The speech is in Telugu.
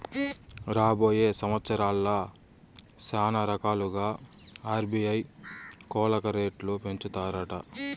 రాబోయే సంవత్సరాల్ల శానారకాలుగా ఆర్బీఐ కోలక రేట్లు పెంచతాదట